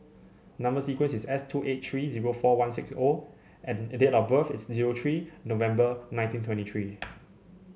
number sequence is S two eight three zero four one six O and date of birth is zero three November nineteen twenty three